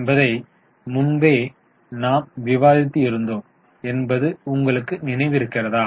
என்பதை முன்பே நாம் விவாதித்து இருந்தோம் என்பது உங்களுக்கு நினைவிருக்கிறதா